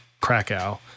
Krakow